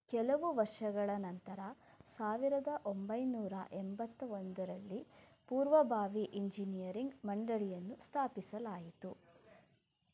ಕೆಲವು ವರ್ಷಗಳ ನಂತರ ಸಾವಿರದ ಒಂಬೈನೂರ ಎಂಬತ್ತ ಒಂದರಲ್ಲಿ ಪೂರ್ವಭಾವಿ ಇಂಜಿನಿಯರಿಂಗ್ ಮಂಡಳಿಯನ್ನು ಸ್ಥಾಪಿಸಲಾಯಿತು